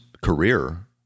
career